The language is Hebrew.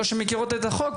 לא שמכירות את החוק,